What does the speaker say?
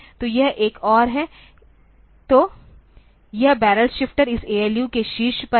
तो यह एक और है तो यह बैरल शिफ्टर इस ALU के शीर्ष पर है